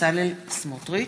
ובצלאל סמוטריץ,